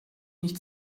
nicht